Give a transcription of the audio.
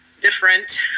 different